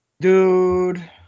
Dude